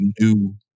new